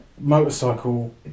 motorcycle